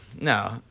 No